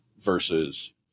versus